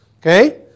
Okay